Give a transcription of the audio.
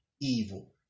evil